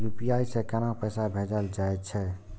UPI से केना पैसा भेजल जा छे?